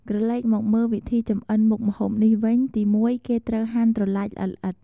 ក្រឡេកមកមើលវិធីចម្អិនមុខម្ហូបនេះវិញ ទីមួយគេត្រូវហាន់ត្រឡាចល្អិតៗ។